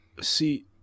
See